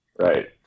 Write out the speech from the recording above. right